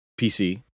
PC